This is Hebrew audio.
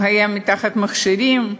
הוא היה מחובר למכשירים,